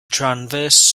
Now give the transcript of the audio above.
transverse